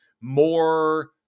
more